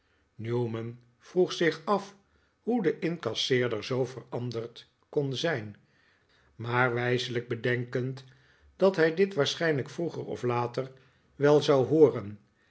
newman vroeg zich af hoe de incasseerder zoo veranderd kon zijn maar wijselijk bedenkend dat hij dit waarschijnlijk vroeger of later wel zou hooren